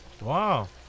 Wow